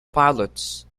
pilots